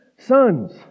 Sons